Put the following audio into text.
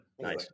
Nice